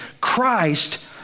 Christ